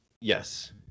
Yes